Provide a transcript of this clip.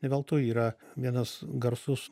ne veltui yra vienas garsus